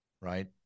right